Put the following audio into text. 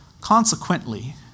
Consequently